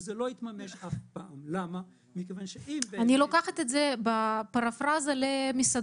זה לא יתממש אף פעם מכיוון שאם --- אני לוקחת את זה בפרפרזה למסעדה.